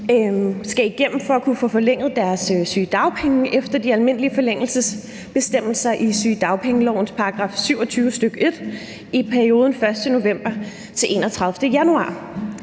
skal igennem for at kunne få forlænget deres sygedagpenge efter de almindelige forlængelsesbestemmelser i sygedagpengelovens § 27, stk. 1., i perioden 1. november til 31. januar.